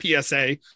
psa